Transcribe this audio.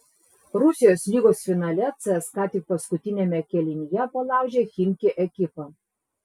rusijos lygos finale cska tik paskutiniame kėlinyje palaužė chimki ekipą